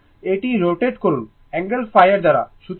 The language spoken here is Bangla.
শুধু এটি রোটেট করুন অ্যাঙ্গেল ϕ এর দ্বারা